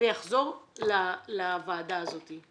ויחזור לוועדה הזאת.